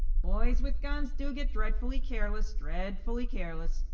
boys with guns do get dreadfully careless, dreadfully careless.